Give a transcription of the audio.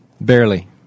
Barely